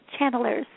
channelers